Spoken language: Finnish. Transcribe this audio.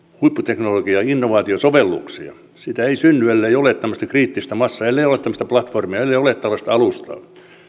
huipputeknologiaa ja innovaatiosovelluksia niitä ei synny ellei ole tämmöistä kriittistä massaa ellei ole tällaista platformia ellei ole tällaista alustaa